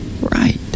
right